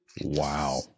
Wow